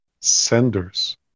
senders